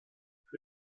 für